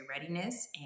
readiness